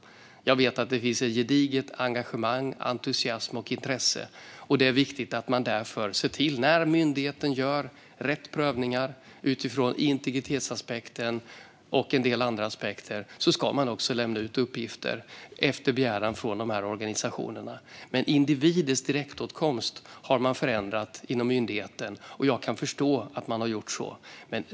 Jag vet att det finns såväl ett gediget engagemang som entusiasm och intresse. Det är därför viktigt att myndigheten, när man gör rätt prövningar utifrån integritetsaspekten och en del andra aspekter, lämnar ut uppgifter på begäran av dessa organisationer. Men inom myndigheten har man förändrat individers direktåtkomst, och det kan jag förstå.